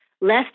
Less